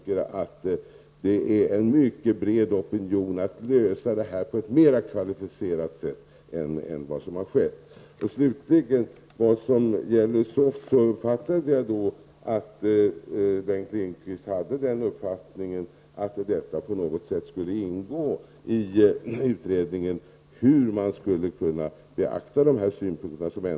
Opinionen är nu mycket bred för att man skall lösa detta problem på ett mycket mera kvalificerat sätt än vad som hittills har skett. När det slutligen gäller SOFT uppfattade jag det så att Bengt Lindqvist menade att de synpunkter som kom fram genom SOFT på något sätt skall ingå och beaktas i utredningen.